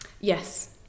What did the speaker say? Yes